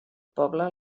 poble